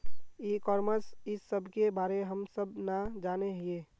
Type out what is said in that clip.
ई commerce इस सब के बारे हम सब ना जाने हीये?